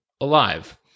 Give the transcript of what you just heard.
alive